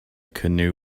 canoe